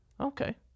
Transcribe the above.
Okay